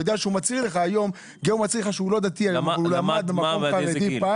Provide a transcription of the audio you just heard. גם אם מצהיר שלא דתי ולמד במקום חרדי.